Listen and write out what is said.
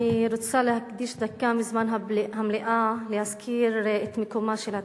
אני רוצה להקדיש דקה מזמן המליאה להזכיר את מקומה של התקשורת.